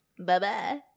Bye-bye